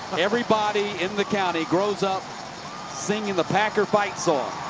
everybody in the county grows up singing the packer fight song.